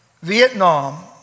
Vietnam